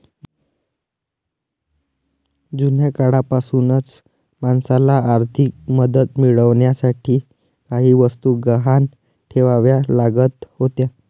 जुन्या काळापासूनच माणसाला आर्थिक मदत मिळवण्यासाठी काही वस्तू गहाण ठेवाव्या लागत होत्या